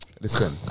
Listen